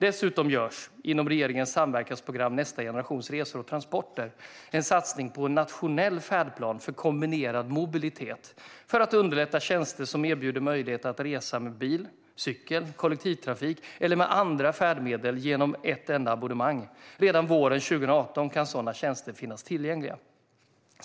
Dessutom görs, inom regeringens samverkansprogram Nästa generations resor och transporter, en satsning på en nationell färdplan för kombinerad mobilitet för att underlätta tjänster som erbjuder möjlighet att resa med bil, cykel, kollektivtrafik eller med andra färdmedel genom ett enda abonnemang. Redan våren 2018 kan sådana tjänster finnas tillgängliga.